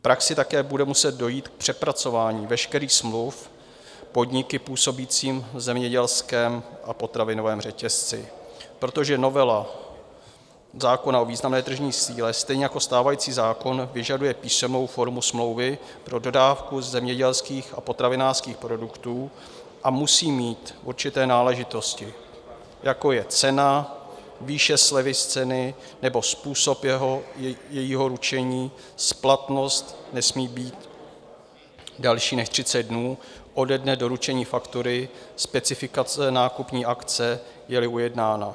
V praxi také bude muset dojít k přepracování veškerých smluv podniky působícími v zemědělském a potravinovém řetězci, protože novela zákona o významné tržní síle stejně jako stávající zákon vyžaduje písemnou formu smlouvy pro dodávku zemědělských a potravinářských produktů a musí mít určité náležitosti, jako je cena, výše slevy z ceny nebo způsob jejího určení, splatnost nesmí být delší než 30 dnů ode dne doručení faktury, specifikace nákupní akce, jeli ujednána.